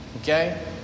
okay